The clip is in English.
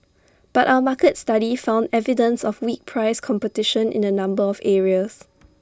but our market study found evidence of weak price competition in A number of areas